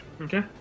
Okay